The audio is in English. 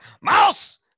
mouse